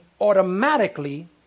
automatically